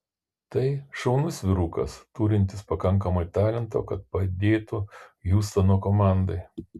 tai šaunus vyrukas turintis pakankamai talento kad padėtų hjustono komandai